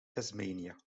tasmania